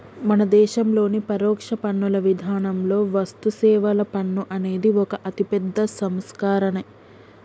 మన దేశంలోని పరోక్ష పన్నుల విధానంలో వస్తుసేవల పన్ను అనేది ఒక అతిపెద్ద సంస్కరనే